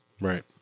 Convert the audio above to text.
Right